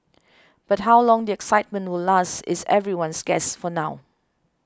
but how long the excitement will last is everyone's guess for now